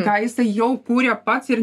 ką jisai jau kūrė pats ir